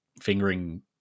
fingering